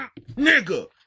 nigga